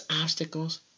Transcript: obstacles